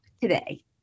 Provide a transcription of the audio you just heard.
today